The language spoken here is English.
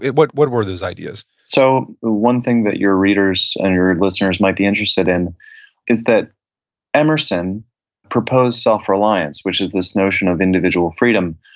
what what were those ideas? so one thing that your readers and your listeners might be interested in is that emerson proposed self-reliance, which is this notion of individual freedom,